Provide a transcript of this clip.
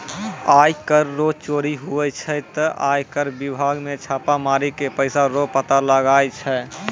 आय कर रो चोरी हुवै छै ते आय कर बिभाग मे छापा मारी के पैसा रो पता लगाय छै